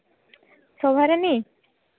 ᱥᱚᱵᱷᱟᱨᱟᱱᱤ